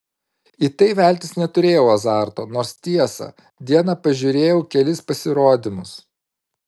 į tai veltis neturėjau azarto nors tiesa dieną pažiūrėjau kelis pasirodymus